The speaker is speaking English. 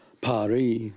Paris